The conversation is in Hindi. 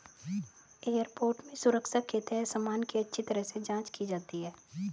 एयरपोर्ट में सुरक्षा के तहत सामान की अच्छी तरह से जांच की जाती है